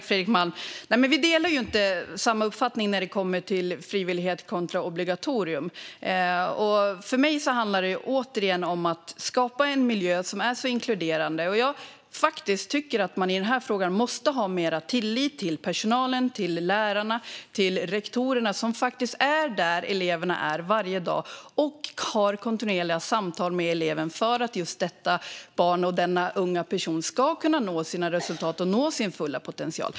Fru talman! Vi har inte samma uppfattning när det gäller frivillighet kontra obligatorium, Fredrik Malm. För mig handlar det återigen om att skapa en miljö som är inkluderande. Jag tycker faktiskt att man i denna fråga måste ha mer tillit till personalen - till lärarna och till rektorerna - som faktiskt är där eleverna är varje dag. De har kontinuerliga samtal med eleven för att just det barnet, den unga personen, ska kunna nå resultat och nå sin fulla potential.